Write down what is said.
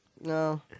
No